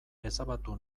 ezabatu